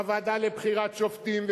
בוועדה לבחירת שופטים,